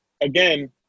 again